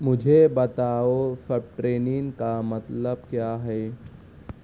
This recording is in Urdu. مجھے بتاؤ سب ٹرینین کا مطلب کیا ہے